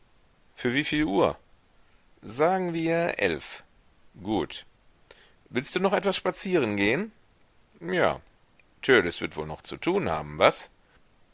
für wieviel uhr sagen wir elf gut willst du noch etwas spazieren gehen ja törleß wird wohl noch zu tun haben was